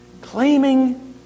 claiming